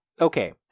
okay